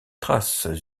traces